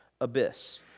abyss